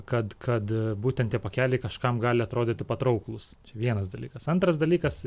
kad kad būtent tie pakeliai kažkam gali atrodyti patrauklūs vienas dalykas antras dalykas